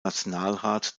nationalrat